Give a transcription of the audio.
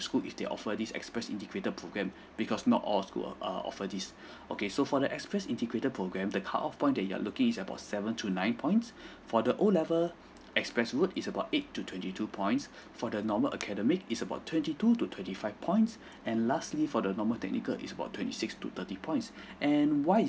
school if they're offer this express integrated program because not all school err offer this okay so for the express integrated program the cut off point that you are looking is about seven to nine points for the O level express route is about eight to twenty two points for the normal academic is about twenty two to twenty five points and lastly for the normal technical is about twenty six to thirty points and why is